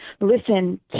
listen